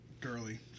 Girly